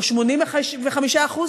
הוא 85%?